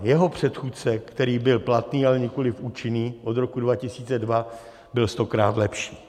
Jeho předchůdce, který byl platný, ale nikoliv účinný, od roku 2002 byl stokrát lepší.